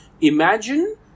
Imagine